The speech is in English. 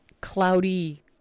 cloudy